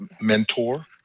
mentor